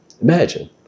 Imagine